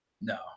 No